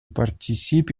participe